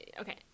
Okay